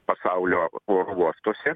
pasaulio oro uostuose